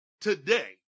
today